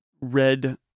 red